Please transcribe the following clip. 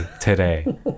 today